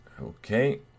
Okay